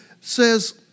says